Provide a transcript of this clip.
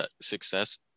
success